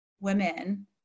women